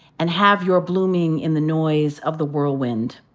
and have your blooming in the noise of the whirlwind.